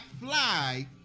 fly